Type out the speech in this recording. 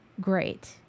great